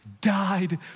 died